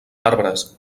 arbres